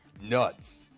nuts